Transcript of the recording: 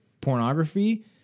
pornography